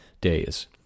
days